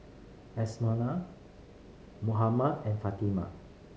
Amsyar Muhammad and Fatimah